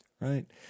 Right